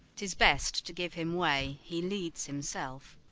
tis best to give him way he leads himself.